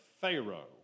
Pharaoh